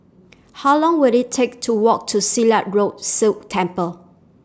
How Long Will IT Take to Walk to Silat Road Sikh Temple